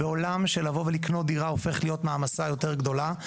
בעולם שלבוא ולקנות דירה הופך להיות מעמסה יותר גדולה,